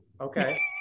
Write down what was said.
okay